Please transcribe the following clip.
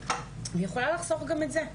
היא יכולה לחסוך גם את זה.